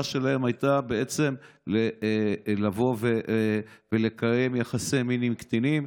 שלהם הייתה לבוא ולקיים יחסי מין עם קטינים,